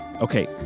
Okay